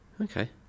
Okay